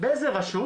באיזה רשות